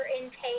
intake